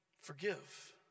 Forgive